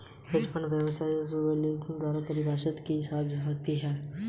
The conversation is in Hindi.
हेज फंड व्यवसाय को एबसोल्यूट रिटर्न द्वारा परिभाषित किया जा सकता है